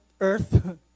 earth